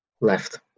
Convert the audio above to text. left